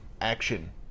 Action